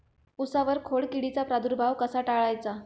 उसावर खोडकिडीचा प्रादुर्भाव कसा टाळायचा?